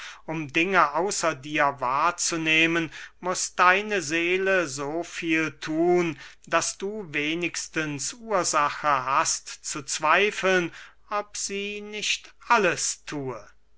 um dinge außer dir wahrzunehmen muß deine seele so viel thun daß du wenigstens ursache hast zu zweifeln ob sie nicht alles thue